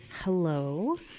Hello